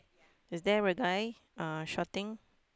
is there a guy uh shouting